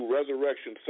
Resurrection